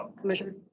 Commissioner